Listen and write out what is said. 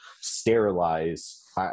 sterilize